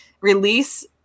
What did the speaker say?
Release